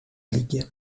league